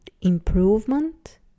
improvement